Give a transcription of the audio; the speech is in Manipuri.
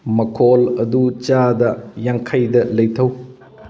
ꯃꯈꯣꯜ ꯑꯗꯨ ꯆꯥꯗ ꯌꯥꯡꯈꯩꯗ ꯂꯩꯊꯧ